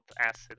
acid